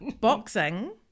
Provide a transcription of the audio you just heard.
boxing